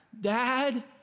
Dad